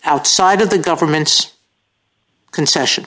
outside of the government's concession